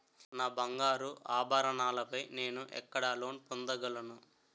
నా బంగారు ఆభరణాలపై నేను ఎక్కడ లోన్ పొందగలను?